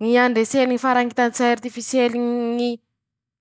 Ñy andreseny ñy farañitan-tsay artifisiely ñy